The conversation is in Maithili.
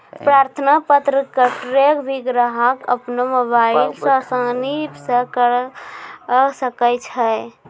प्रार्थना पत्र क ट्रैक भी ग्राहक अपनो मोबाइल स आसानी स करअ सकै छै